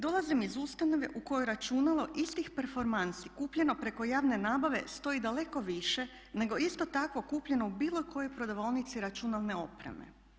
Dolazim iz ustanove u kojoj računalo istih performansi kupljeno preko javne nabave stoji daleko više nego isto takvo kupljeno u bilo kojoj prodavaonici računalne opreme.